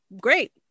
great